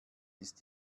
ist